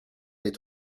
est